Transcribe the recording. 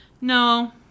No